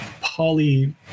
poly